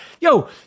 yo